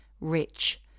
Rich